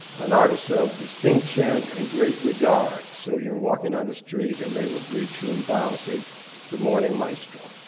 an artist of distinction and and great regard. so you're walking down the street and they will greet you and bow and say good morning, maestro.